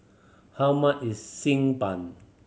how much is Xi Ban